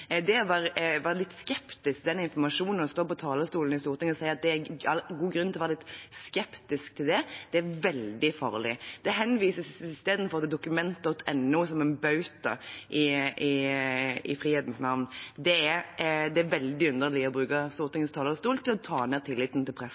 på talerstolen i Stortinget og si at det er god grunn til å være litt skeptisk til den informasjonen, er veldig farlig. Det henvises isteden til Document.no som en bauta i frihetens navn. Det er veldig underlig å bruke Stortingets talerstol til å ta ned tilliten til